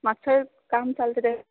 मात्से काम चालत तें